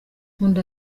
nkunda